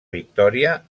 victòria